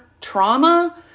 trauma